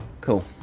Cool